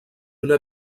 una